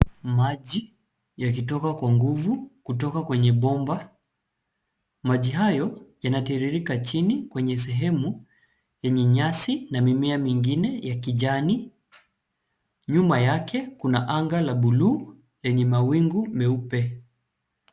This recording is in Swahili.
Maji yakito kwa nguvu kutoka kwenye bomba. Maji hayo yanatiririka chini kwenye sehemu yenye nyasi na mimea mingine ya kijani. Nyuma yake kuna anga la bluu yenye mawingu meupe.